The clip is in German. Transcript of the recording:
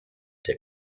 der